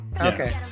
okay